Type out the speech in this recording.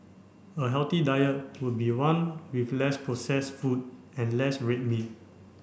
a healthy diet would be one with less processed food and less red meat